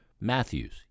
Matthews